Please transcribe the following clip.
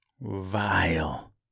vile